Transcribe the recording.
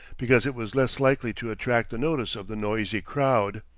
because it was less likely to attract the notice of the noisy crowd.